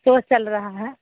show चल रहा है